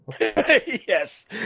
yes